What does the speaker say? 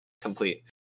complete